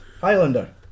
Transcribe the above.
Highlander